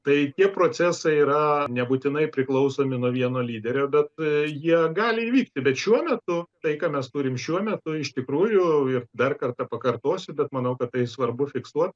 tai tie procesai yra nebūtinai priklausomi nuo vieno lyderio bet jie gali įvykti bet šiuo metu tai ką mes turim šiuo metu iš tikrųjų ir dar kartą pakartosiu bet manau kad tai svarbu fiksuot